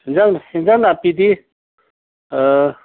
ꯑꯦꯟꯁꯥꯡ ꯑꯦꯟꯁꯥꯡ ꯅꯥꯄꯤꯗꯤ